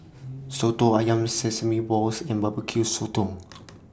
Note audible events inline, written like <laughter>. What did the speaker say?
Soto Ayam Sesame Balls and Barbecue Sotong <noise>